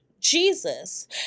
Jesus